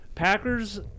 Packers